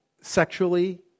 sexually